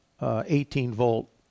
18-volt